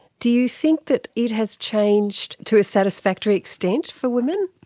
do you think that it has changed to a satisfactory extent for women?